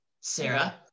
Sarah